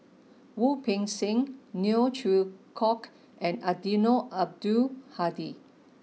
Wu Peng Seng Neo Chwee Kok and Eddino Abdul Hadi